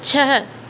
छह